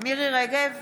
מירי מרים רגב,